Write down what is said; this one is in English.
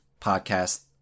podcast